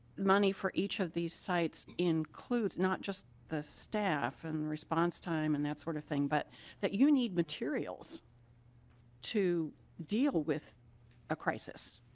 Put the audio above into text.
money for each of these sites include not just the staff and response time and that sort of thing but you need materials to deal with a crisis.